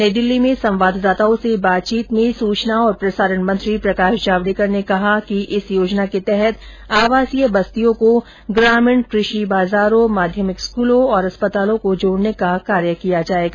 नई दिल्ली में संवाददाताओं से बातचीत में सूचना और प्रसारण मंत्री प्रकाश जावड़ेकर ने कहा कि इस योजना के तहत आवासीय बस्तियों को ग्रामीण कृषि बाजारों माध्यमिक स्क्रलों और अस्पतालों को जोड़ने का कार्य किया जाएगा